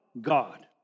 God